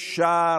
אפשר